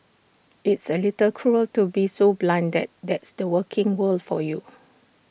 it's A little cruel to be so blunt that that's the working world for you